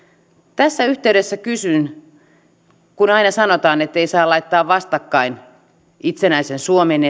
tässä yhteydessä kysyn että kun aina sanotaan ettei saa laittaa vastakkain itsenäisen suomen